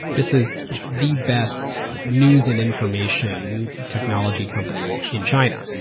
this is the best news and information technology company in china.